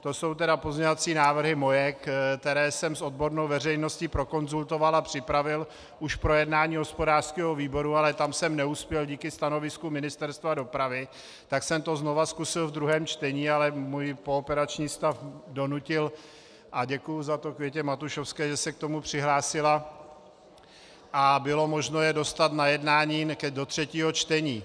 To jsou tedy pozměňovací návrhy moje, které jsem s odbornou veřejností prokonzultoval a připravil už k projednání hospodářského výboru, ale tam jsem neuspěl díky stanovisku Ministerstva dopravy, tak jsem to znovu zkusil ve druhém čtení, ale můj pooperační stav donutil a děkuji za to Květě Matušovské, že se k tomu přihlásila a bylo možno je dostat na jednání do třetího čtení.